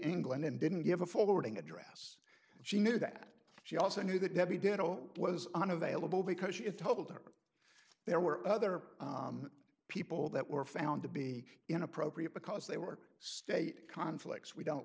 england and didn't give a forwarding address she knew that she also knew that debbie did know was unavailable because you told her there were other people that were found to be inappropriate because they were state conflicts we don't